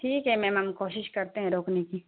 ٹھیک ہے میم ہم کوشش کرتے ہیں روکنے کی